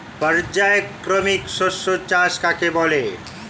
পর্যায়ক্রমিক শস্য চাষ কাকে বলে?